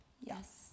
Yes